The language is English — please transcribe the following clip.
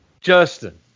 Justin